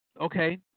Okay